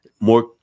more